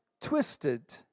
twisted